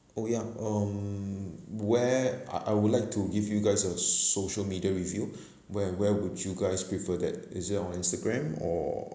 oh ya um where I I would like to give you guys a social media review where where would you guys prefer that is it on your Instagram or